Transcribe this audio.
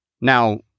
Now